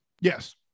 Yes